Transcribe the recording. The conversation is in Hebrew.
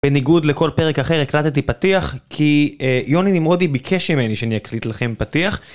בניגוד לכל פרק אחר הקלטתי פתיח כי יוני נמרודי ביקש ממני שאני אקליט לכם פתיח.